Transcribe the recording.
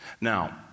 Now